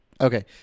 Okay